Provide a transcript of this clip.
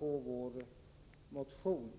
vår motion tillstyrkt.